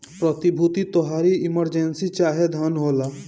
प्रतिभूति तोहारी इमर्जेंसी चाहे धन होला